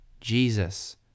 Jesus